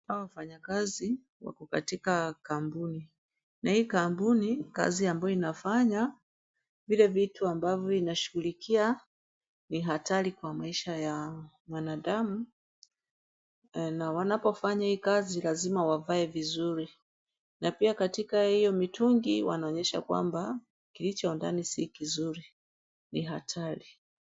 Hawa wafanyakazi wako katika kampuni, na hii kampuni, kazi ambayo inafanya, vile vitu ambavyo inashughulikia, ni hatari kwa maisha ya mwanadamu, na wanapo fanya hio kazi lazima wavae vizuri, na pia katika hio mitungi wanaonyesha kwamba, kilicho ndani sio kizuri, ni hatari.